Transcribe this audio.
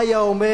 מה היה אומר,